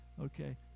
Okay